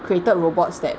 created robots that